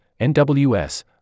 NWS